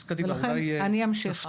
אז קדימה, אולי תפרטי.